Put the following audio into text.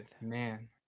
man